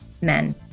men